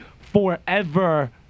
forever